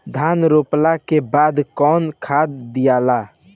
धान रोपला के बाद कौन खाद दियाला?